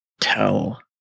tell